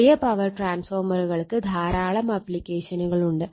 ചെറിയ പവർ ട്രാൻസ്ഫോർമറുകൾക്ക് ധാരാളം ആപ്ലിക്കേഷനുകൾ ഉണ്ട്